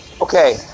Okay